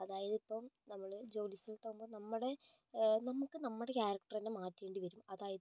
അതായത് ഇപ്പോൾ നമ്മൾ ജോലിസ്ഥലത്ത് ആകുമ്പോൾ നമ്മുടെ നമുക്ക് നമ്മുടെ ക്യാരക്ടർ തന്നെ മാറ്റേണ്ടി വരും അതായത്